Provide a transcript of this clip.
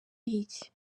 iki